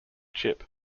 chip